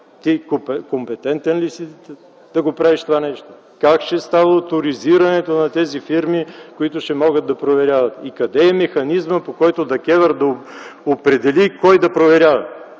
Ти компетентен ли си да го правиш това нещо? Как ще става оторизирането на тези фирми, които ще могат да проверяват? И къде е механизмът, по който ДКЕВР да определи кой да проверява?